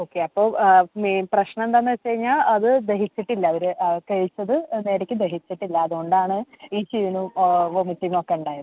okay അപ്പോൾ main പ്രശ്നം എന്താണെന്ന് വെച്ച് കഴിഞ്ഞാൽ അത് ദഹിച്ചിട്ടില്ല അവർ കഴിച്ചത് ശരിക്ക് ദഹിച്ചിട്ടില്ല അതുകൊണ്ടാണ് ഈ ക്ഷീണവും വോമിറ്റിങ്ങ് ഒക്കെ ഉണ്ടായത്